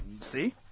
See